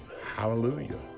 Hallelujah